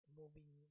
moving